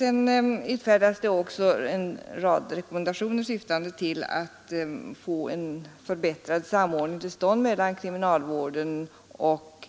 Vidare utfärdas det också en rad rekommendationer, syftande till att få en förbättrad samordning till stånd mellan kriminalvården och